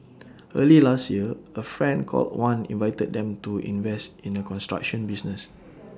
early last year A friend called wan invited them to invest in A construction business